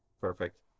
Perfect